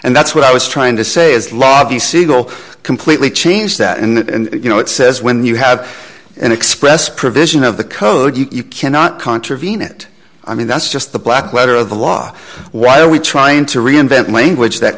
and that's what i was trying to say is lobby siegel completely changed that and you know it says when you have an express provision of the code you cannot contravene it i mean that's just the black letter of the law why are we trying to reinvent language that